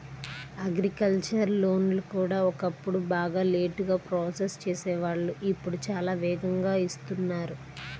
agricultural లోన్లు కూడా ఒకప్పుడు బాగా లేటుగా ప్రాసెస్ చేసేవాళ్ళు ఇప్పుడు చాలా వేగంగా ఇస్తున్నారు